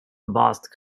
embossed